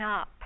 up